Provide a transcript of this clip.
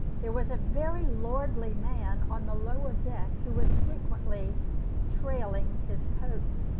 there was a very lordly man on the lower deck who was frequently trailing his coat.